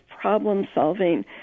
problem-solving